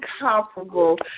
incomparable